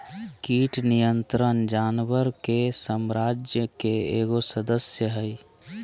कीट नियंत्रण जानवर के साम्राज्य के एगो सदस्य हइ